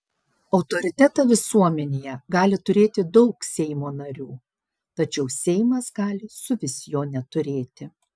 autoritetą visuomenėje gali turėti daug seimo narių tačiau seimas gali suvis jo neturėti